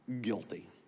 guilty